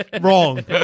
wrong